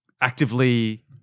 actively